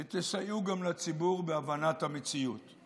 שתסייעו גם לציבור בהבנת המציאות.